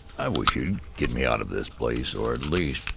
i wish you'd get me out of this place or, at least,